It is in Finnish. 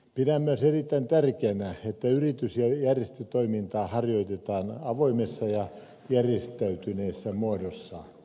pidän myös erittäin tärkeänä että yritys ja järjestötoimintaa harjoitetaan avoimessa ja järjestäytyneessä muodossa